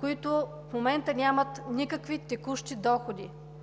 които в момента нямат никакви текущи доходи.